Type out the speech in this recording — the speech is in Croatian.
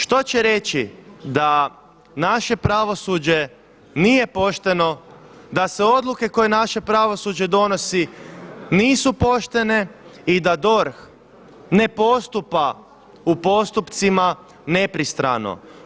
Što će reći da naše pravosuđe nije pošteno, da se odluke koje naše pravosuđe donosi nisu poštene i da DORH ne postupa u postupcima nepristrano.